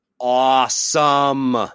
awesome